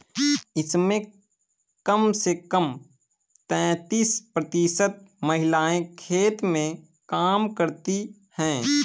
इसमें कम से कम तैंतीस प्रतिशत महिलाएं खेत में काम करती हैं